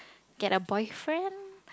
get a boyfriend